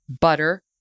butter